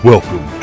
Welcome